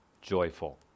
joyful